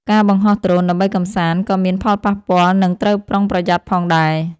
ការបង្ហោះដ្រូនដើម្បីកម្សាន្ត ក៏មានផលប៉ះពាល់ និងត្រូវប្រុងប្រយ័ត្នផងដែរ។